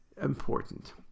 important